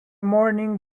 morning